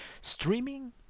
Streaming